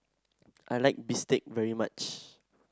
I like Bistake very much